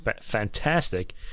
fantastic